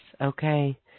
okay